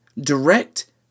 direct